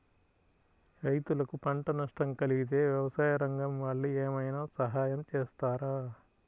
రైతులకు పంట నష్టం కలిగితే వ్యవసాయ రంగం వాళ్ళు ఏమైనా సహాయం చేస్తారా?